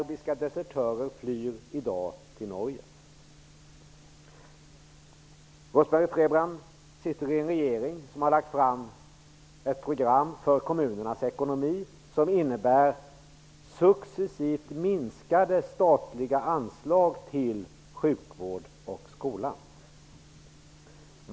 Serbiska desertörer flyr i dag till Norge. Rose-Marie Frebran sitter i en regering som har lagt fram ett program för kommunernas ekonomi som innebär successivt minskade statliga anslag till sjukvård och skola.